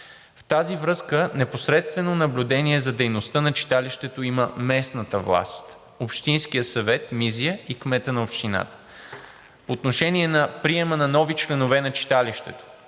В тази връзка непосредствено наблюдение за дейността на читалището има местната власт, Общинският съвет в Мизия и кметът на общината. По отношение на приема на нови членове на читалището